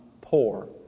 poor